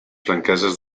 franqueses